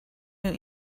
new